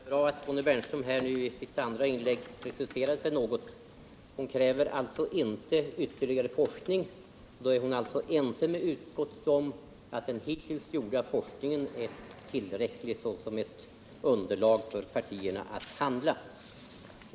Herr talman! Det var bra att Bonnie Bernström i sitt andra inlägg preciserade sig något. Hon kräver inte ytterligare forskning. Då är hon alltså ense med utskottet om att den hittills gjorda forskningen är tillräcklig som ett underlag för partierna att handla.